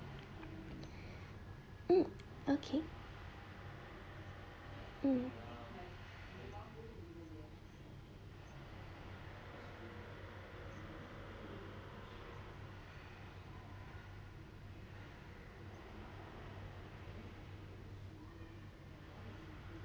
mm okay mm